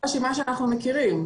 זו הרשימה שאנחנו מכירים.